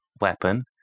weapon